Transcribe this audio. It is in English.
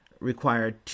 required